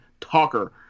talker